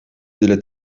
dile